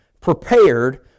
Prepared